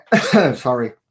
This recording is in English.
Sorry